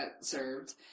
served